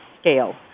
scale